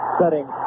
setting